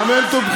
גם הם תומכים,